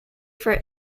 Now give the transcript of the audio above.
for